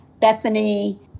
Bethany